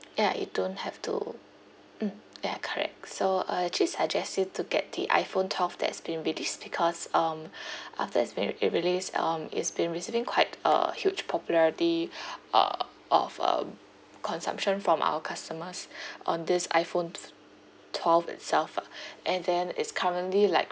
ya you don't have to mm ya correct so I'll actually suggest you to get the iphone twelve that has been released because um after it's been i~ released um it's been receiving quite a huge popularity uh of um consumption from our customers on this iphone f~ twelve itself lah and then it's currently like